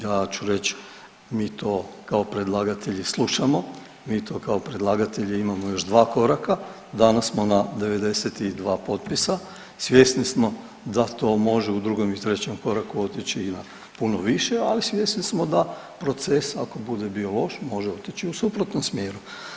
Ja ću reć mi to kao predlagatelji slušamo, mi to kao predlagatelji imamo još dva koraka, danas smo na 92 potpisa, svjesni smo da to može u drugom i trećem koraku otići i na puno više, ali svjesni smo da proces ako bude bio loš može otići u suprotnom smjeru.